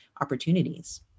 opportunities